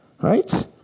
right